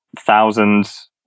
thousands